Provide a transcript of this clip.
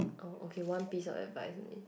oh okay one piece of advice only